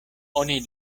oni